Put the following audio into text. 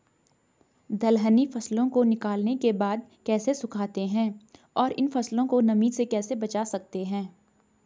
दलहनी फसलों को निकालने के बाद कैसे सुखाते हैं और इन फसलों को नमी से कैसे बचा सकते हैं?